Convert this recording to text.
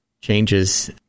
changes